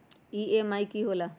EMI की होला?